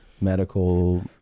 medical